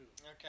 Okay